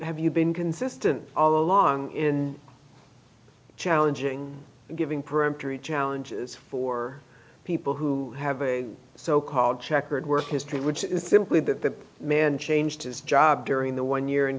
have you been consistent all along in challenging giving peremptory challenges for people who have a so called checkered work history which is simply that the man changed his job during the one year in